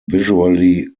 visually